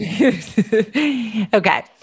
Okay